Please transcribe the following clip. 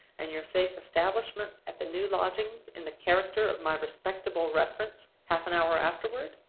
and your safe establishment at the new lodgings, in the character of my respectable reference, half an hour afterward?